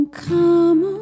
come